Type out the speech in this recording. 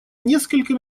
несколько